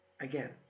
Again